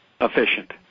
efficient